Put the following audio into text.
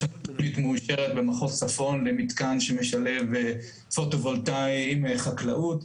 יש תוכנית מאושרת במחוז צפון במתקן שמשלב פוטו-וולטאי עם חקלאות.